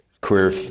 queer